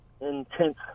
intense